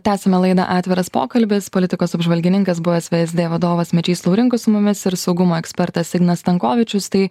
tęsiame laidą atviras pokalbis politikos apžvalgininkas buvęs vsd vadovas mečys laurinkus su mumis ir saugumo ekspertas ignas stankovičius tai